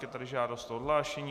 Je tady žádost o odhlášení.